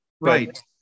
Right